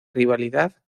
rivalidad